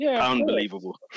Unbelievable